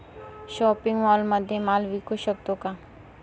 Shopping मॉलमध्ये माल विकू शकतो का?